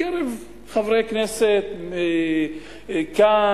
מקרב חברי הכנסת כאן,